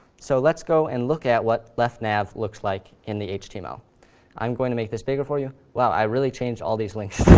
so let's go and look at what leftnav looks like in the html. i'm going to make this bigger for you wow, i really changed all these links.